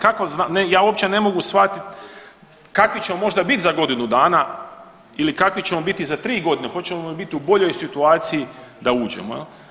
Kako .../nerazumljivo/... ne, ja uopće ne mogu shvatiti kakvi ćemo možda biti za godinu dana ili kakvi ćemo biti za 3 godine, hoćemo li biti u boljoj situaciji da uđemo?